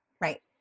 Right